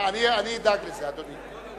אני אדאג לזה, אדוני.